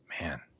man